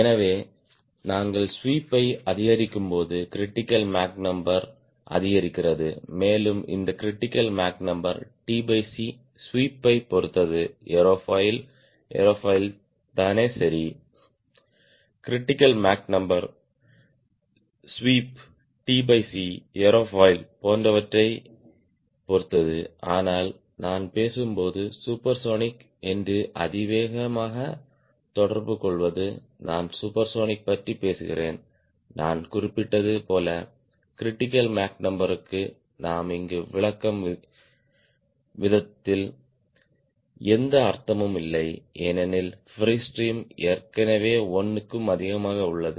எனவே நாங்கள் ஸ்வீப்பை அதிகரிக்கும்போது கிரிட்டிக்கல் மேக் நம்பர் அதிகரிக்கிறது மேலும் இந்த கிரிட்டிக்கல் மேக் நம்பர் tc ஸ்வீப்பைப் பொறுத்தது ஏரோஃபாயில் ஏரோஃபாயில் தானே சரி critical Mach number sweep tc aerofoil போன்றவற்றைப் பொறுத்தது ஆனால் நான் பேசும்போது சூப்பர்சோனிக் என்று அதிவேகமாக தொடர்புகொள்வது நான் சூப்பர்சோனிக் பற்றி பேசுகிறேன் நான் குறிப்பிட்டது போல கிரிட்டிக்கல் மேக் நம்பர்க்கு நாம் இங்கு விளக்கும் விதத்தில் எந்த அர்த்தமும் இல்லை ஏனெனில் ஃப்ரீஸ்ட்ரீம் ஏற்கனவே 1 க்கும் அதிகமாக உள்ளது